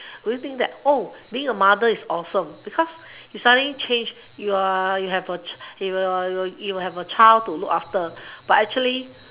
we will think that oh being a mother is awesome because you suddenly change you you have you have a child to look after but actually